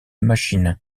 machines